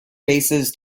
races